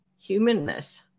humanness